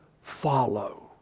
follow